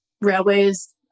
railways